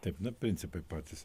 taip na principai patys